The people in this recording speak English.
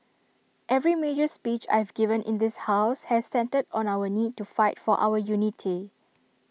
every major speech I've given in this house has centred on our need to fight for our unity